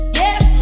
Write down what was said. yes